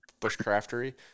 Bushcraftery